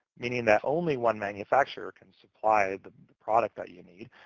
meaning that only one manufacturer can supply the the product that you need,